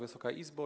Wysoka Izbo!